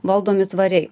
valdomi tvariai